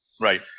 Right